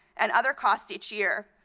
and other costs each year,